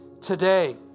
today